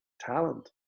talent